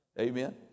Amen